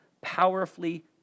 powerfully